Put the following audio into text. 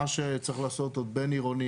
מה שצריך לעשות עוד בין-עירוני,